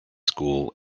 school